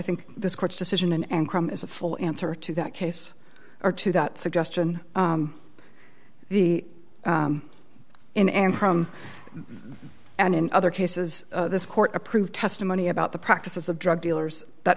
think this court's decision and come as a full answer to that case or to that suggestion the in and from and in other cases this court approved testimony about the practices of drug dealers that